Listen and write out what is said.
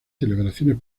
celebraciones